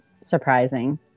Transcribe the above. surprising